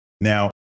Now